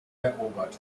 erobert